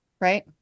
right